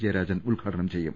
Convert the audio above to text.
ജയരാജൻ ഉദ്ഘാടനം ചെയ്യും